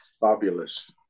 fabulous